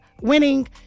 winning